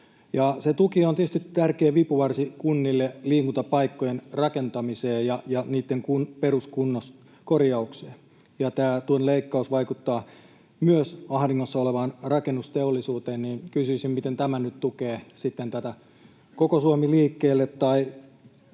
tuki on tietysti tärkeä vipuvarsi kunnille liikuntapaikkojen rakentamiseen ja niitten peruskorjaukseen, ja tämä tuen leikkaus vaikuttaa myös ahdingossa olevaan rakennusteollisuuteen. Kysyisin: Miten tämä nyt tukee sitten tätä koko Suomi liikkeelle